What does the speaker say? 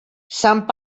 sant